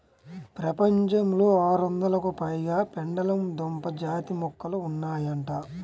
ప్రపంచంలో ఆరొందలకు పైగా పెండలము దుంప జాతి మొక్కలు ఉన్నాయంట